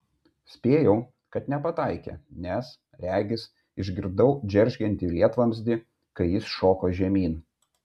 spėjau kad nepataikė nes regis išgirdau džeržgiantį lietvamzdį kai jis šoko žemyn